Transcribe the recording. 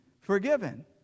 forgiven